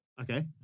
Okay